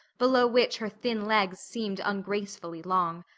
below which her thin legs seemed ungracefully long.